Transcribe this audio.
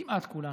כמעט כולנו,